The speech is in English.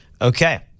Okay